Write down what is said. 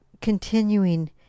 continuing